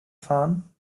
fahren